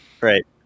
Right